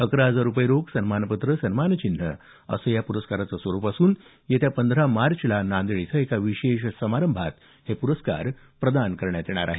अकरा हजार रुपये रोख सन्मानपत्र सन्मानचिन्ह असं या पुरस्काराचं स्वरूप असून येत्या पंधरा मार्चला नांदेड इथं एका विशेष समारभात हे पुरस्कार प्रदान करण्यात येणार आहेत